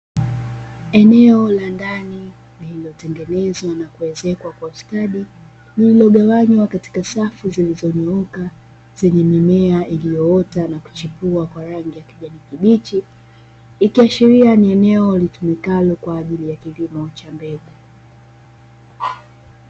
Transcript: Eneo la ndani lililotengenezwa na kuezekwa kwa ustadi lililo gawanywa katika safu zilizonyooka, zenye mimea iliyoota na kuchipua kwa rangi ya kijani kibichi, ikiashiria ni eneo linalotumika kwa ajili ya kilimo cha mbegu.